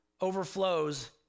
overflows